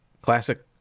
Classic